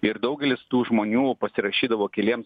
ir daugelis tų žmonių pasirašydavo keliems